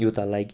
یوٗتاہ لَگہِ